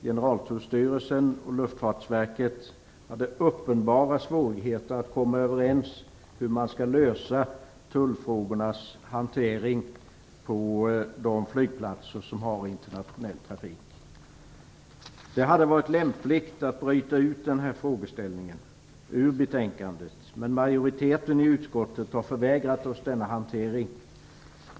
Generaltullstyrelsen och Luftfartsverket, hade uppenbara svårigheter att komma överens om hur tullfrågornas hantering skall lösas på de flygplatser som har internationell trafik. Det hade varit lämpligt att bryta ut den här frågeställningen ur betänkandet, men majoriteten i utskottet har förvägrat oss denna hantering.